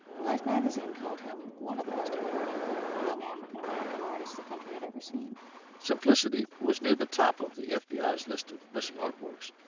life magazine called him one of the most important young african american artists the country had ever seen. osgood simplicity was near the top of the fbi's list of missing artworks,